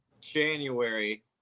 January